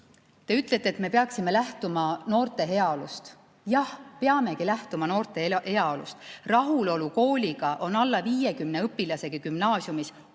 Te ütlete, et me peaksime lähtuma noorte heaolust. Jah, peamegi lähtuma noorte heaolust. Rahulolu kooliga on alla 50 õpilasega gümnaasiumis oluliselt